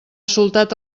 soltat